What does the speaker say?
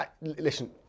listen